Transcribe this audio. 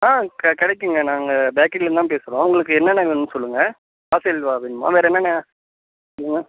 ஆ க கிடைக்குங்க நாங்கள் பேக்கரியிலந்தான் பேசுகிறோம் உங்களுக்கு என்னென்ன வேணுன்னு சொல்லுங்கள் காசி அல்வா வேணுமா வேறு என்னங்க சொல்லுங்கள்